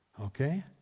Okay